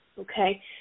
okay